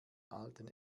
alten